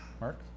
Mark